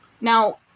Now